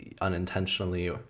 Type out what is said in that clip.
unintentionally